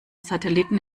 satelliten